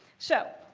so,